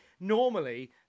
Normally